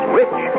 rich